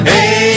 Hey